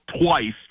twice